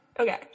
Okay